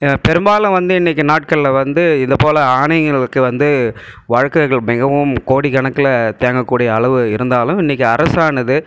பெரும்பாலும் வந்து இன்னிக்கு நாட்களில் வந்து இதைப் போல் ஆணையங்களுக்கு வந்து வழக்குகள் மிகவும் கோடிக்கணக்கில் தேங்கக்கூடிய அளவு இருந்தாலும் இன்னிக்கு அரசானது